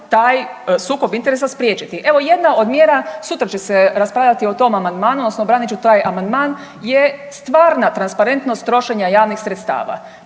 taj sukob interesa spriječiti. Evo jedna od mjera sutra će se raspravljati o tom amandmanu odnosno branit ću taj amandman je stvarna transparentnost trošenja javnih sredstava.